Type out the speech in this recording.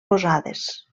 posades